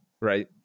right